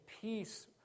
peace